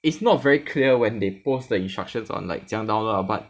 it's not very clear when they post the instructions on like 怎么样 download lah but